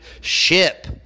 ship